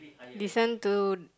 listen to